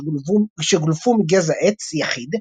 שגולפו מגזע עץ יחיד,